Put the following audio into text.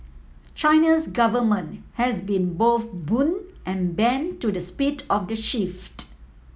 China's government has been both boon and bane to the speed of the shift